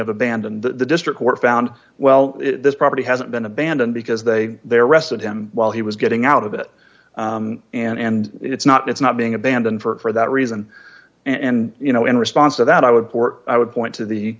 of abandon the district court found well this property hasn't been abandoned because they they arrested him while he was getting out of it and it's not it's not being abandoned for that reason and you know in response to that i would port i would point to the